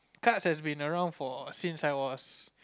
cards have been around for since I was